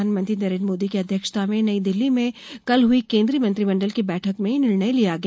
प्रधानमंत्री नरेन्द्र मोदी की अध्यक्षता में नई दिल्ली में कल हुई केन्द्रीय मंत्रिमंडल की बैठक में यह निर्णय लिया गया